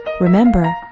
Remember